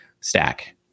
stack